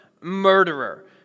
murderer